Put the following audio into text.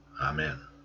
amen